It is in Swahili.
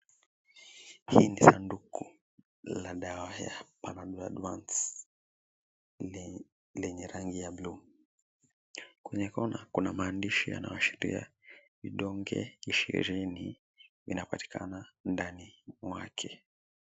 Hii ni sanduku la dawa ya, panadol advance, lenye rangi ya bluu. Kwenye kona, kuna maandishi yanayoashiria vidonge ishirini vinapatikana ndani mwake.